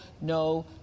no